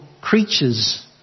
creatures